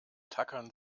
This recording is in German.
tackern